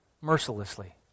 mercilessly